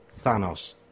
Thanos